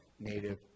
native